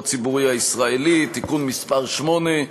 הוא מפורסם תחת השם: הצעת חוק השידור הציבורי הישראלי (תיקון מס' 8),